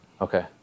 Okay